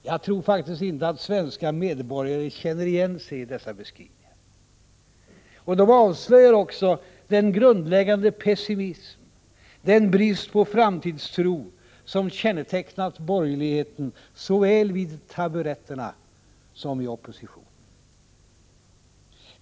Jag tror faktiskt inte att svenska medborgare känner igen sig i dessa beskrivningar. De avslöjar också den grundläggande pessimism, den brist på framtidstro, som kännetecknat borgerligheten såväl vid taburetterna som i opposition.